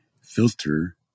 filter